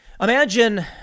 Imagine